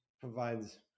provides